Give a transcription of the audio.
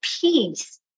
peace